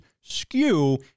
skew